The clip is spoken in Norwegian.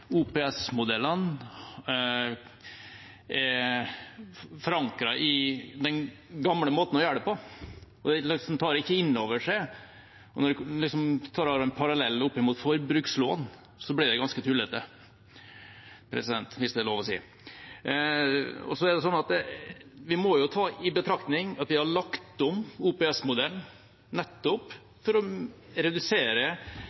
OPS-modellene er forankret i den gamle måten å gjøre det på. Man tar det ikke inn over seg, og når man drar en parallell opp mot forbrukslån, blir det ganske tullete, hvis det er lov å si. Vi må jo ta i betraktning at vi har lagt om